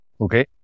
Okay